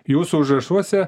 jūsų užrašuose